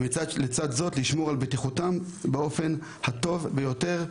ולצד זאת לשמור על בטיחותם באופן הטוב ביותר,